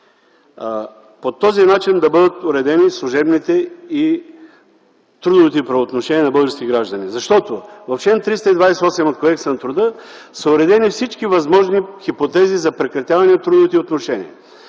по този начин да бъдат уредени служебните и трудовите правоотношения на българските граждани. Защото в чл. 328 от Кодекса на труда са уредени всички възможни хипотези за прекратяване на трудовите правоотношения.